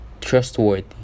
trustworthy